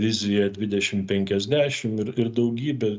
vizija didešim penkiasdešim ir ir daugybė